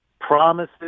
promises